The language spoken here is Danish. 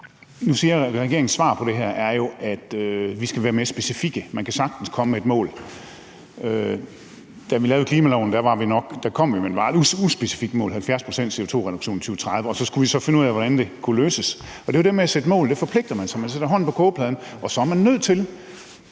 politik. Regeringens svar på det her er jo, at vi skal være mere specifikke. Man kan sagtens komme med et mål. Da vi lavede klimaloven, kom vi med et meget uspecifikt mål: 70 pct.s CO2-reduktion i 2030. Og så skulle vi finde ud af, hvordan det kunne løses. Det er jo det med at sætte mål: Man forpligter sig. Man sætter hånden på kogepladen, og så er man nødt til